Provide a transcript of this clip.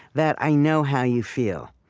that i know how you feel.